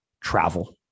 Travel